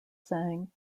sang